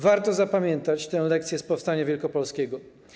Warto zapamiętać tę lekcję z powstania wielkopolskiego.